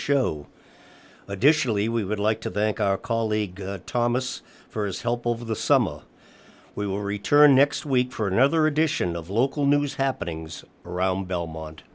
show additionally we would like to thank our colleague thomas for his help over the summer we will return next week for another edition of local news happening around belmont